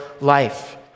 life